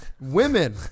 Women